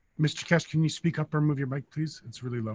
mr keshe can you speak up or move your mic please? it's really